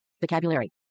Vocabulary